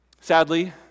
Sadly